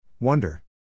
Wonder